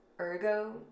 Ergo